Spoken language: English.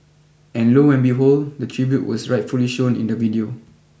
and low and behold the tribute was rightfully shown in the video